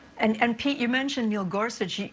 and and pete, you mentioned neil gorsuch.